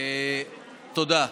תודה.